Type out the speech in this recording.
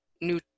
new